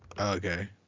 Okay